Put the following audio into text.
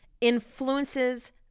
influences